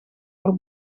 haar